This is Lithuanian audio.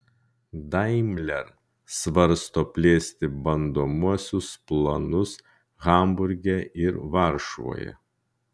daimler svarsto plėsti bandomuosius planus hamburge ir varšuvoje